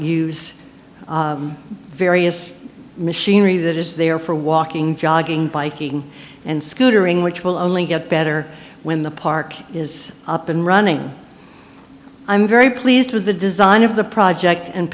use various machinery that is there for walking jogging biking and scootering which will only get better when the park is up and running i'm very pleased with the design of the project and